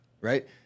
right